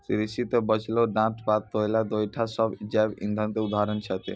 कृषि के बचलो डांट पात, कोयला, गोयठा सब जैव इंधन के उदाहरण छेकै